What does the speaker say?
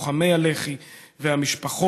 לוחמי הלח"י והמשפחות,